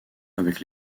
avec